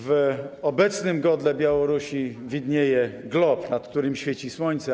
W obecnym godle Białorusi widnieje glob, nad którym świeci słońce.